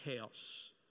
house